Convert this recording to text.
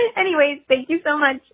and anyways thank you so much.